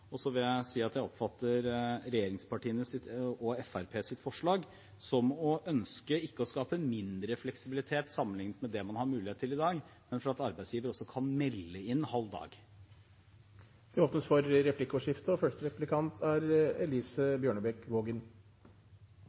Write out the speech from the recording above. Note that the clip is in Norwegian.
Så vil jeg si at jeg oppfatter regjeringspartienes og Fremskrittspartiets forslag som et ønske ikke om å skape mindre fleksibilitet sammenlignet med det man har mulighet til i dag, men at arbeidsgiver også kan melde inn halv dag. Det blir replikkordskifte. Statsråden har tatt opp i svarbrevet, og også her på talerstolen, at det ikke er